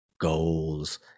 goals